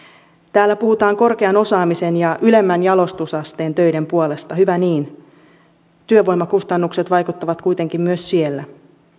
täällä puhutaan korkean osaamisen ja ylemmän jalostusasteen töiden puolesta hyvä niin työvoimakustannukset vaikuttavat kuitenkin myös siellä